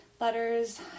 letters